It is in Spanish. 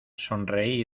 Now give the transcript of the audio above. sonreí